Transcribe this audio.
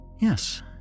Yes